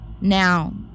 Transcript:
Now